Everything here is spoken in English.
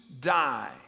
die